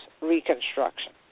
Reconstruction